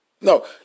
No